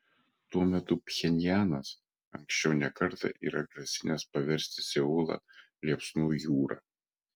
tuo metu pchenjanas anksčiau ne kartą yra grasinęs paversti seulą liepsnų jūra